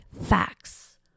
facts